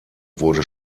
wurde